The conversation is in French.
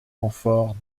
renforts